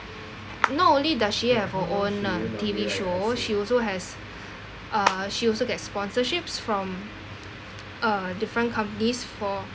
not only does she have her own uh T_V show she also has uh she also gets sponsorships from uh different companies for